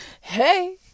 Hey